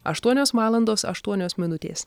aštuonios valandos aštuonios minutės